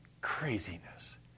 craziness